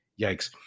Yikes